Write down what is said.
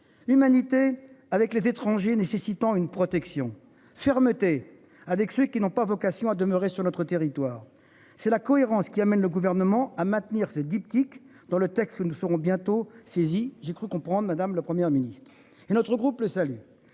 Humanité avec les étrangers nécessitant une protection fermeté avec ceux qui n'ont pas vocation à demeurer sur notre territoire, c'est la cohérence qui amène le gouvernement à maintenir ce diptyque dans le texte que nous serons bientôt saisi, j'ai cru comprendre madame, la Première ministre et notre groupe le salut.